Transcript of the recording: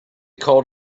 called